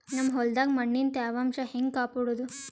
ನಮ್ ಹೊಲದಾಗ ಮಣ್ಣಿನ ತ್ಯಾವಾಂಶ ಹೆಂಗ ಕಾಪಾಡೋದು?